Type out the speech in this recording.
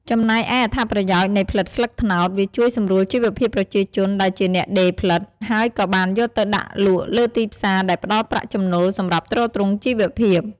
ចំំណែកឯអត្ថប្រយោជន៍នៃផ្លិតស្លឹកត្នោត វាជួយសម្រួលជីវភាពប្រជាជនដែលជាអ្នកដេរផ្លិត ហើយក៏បានយកទៅដាក់លក់លើទីផ្សារដែលផ្តល់ប្រាក់ចំណូលសម្រាប់ទ្រទ្រង់ជីវភាព។